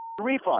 refund